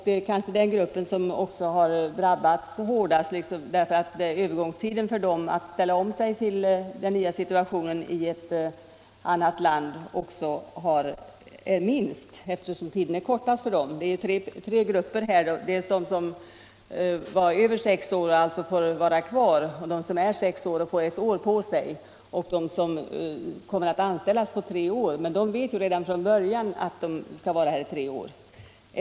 Den gruppen har kanske också drabbats hårdast, eftersom tiden för dessa lärare att ställa om sig till den nya situationen i ett annat land blir kortast. Det gäller här tre grupper. Till den första gruppen hör de som varit här i över sex år och alltså får vara kvar. Den andra gruppen utgörs av dem som varit här i sex år och som får ett år på sig. Till den tredje gruppen hör de som kommer att anställas på tre år, men de vet ju redan från början att de skall vara här i tre år.